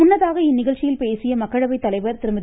முன்னதாக இந்நிகழ்ச்சியில் பேசிய மக்களவைத் தலைவர் திருமதி